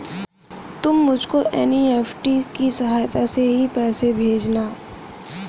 तुम मुझको एन.ई.एफ.टी की सहायता से ही पैसे भेजना